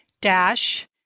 dash